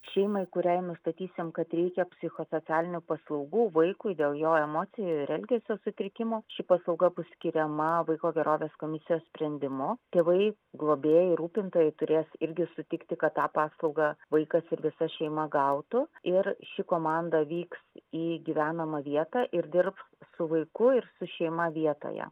šeimai kuriai nustatysim kad reikia psichosocialinių paslaugų vaikui dėl jo emocijų ir elgesio sutrikimų ši paslauga bus skiriama vaiko gerovės komisijos sprendimu tėvai globėjai rūpintojai turės irgi sutikti kad tą paslaugą vaikas ir visa šeima gautų ir ši komanda vyks į gyvenamą vietą ir dirbs su vaiku ir su šeima vietoje